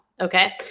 okay